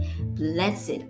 Blessed